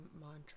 mantra